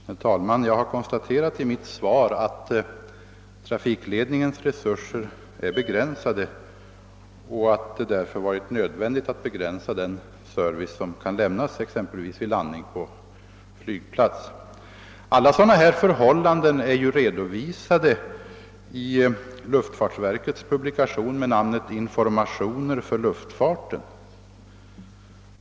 Herr talman! Jag har konstaterat i mitt svar att trafikledningens resurser är begränsade och att det därför varit nödvändigt att begränsa den service som kan lämnas exempelvis vid landning på flygplats. Alla sådana här förhållanden finns redovisade i luftfartsverkets publikation Informationer för luftfarten.